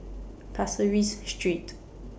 Pasir Ris Street